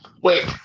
Wait